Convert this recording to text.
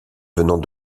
venant